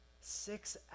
Six